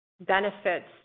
benefits